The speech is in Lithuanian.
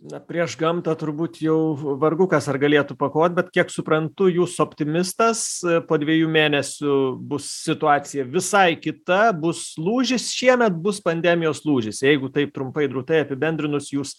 na prieš gamtą turbūt jau vargu kas ar galėtų pakovot bet kiek suprantu jūs optimistas po dviejų mėnesių bus situacija visai kita bus lūžis šiemet bus pandemijos lūžis jeigu taip trumpai drūtai apibendrinus jūs